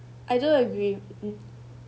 I do agree